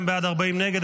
31 בעד, 40 נגד.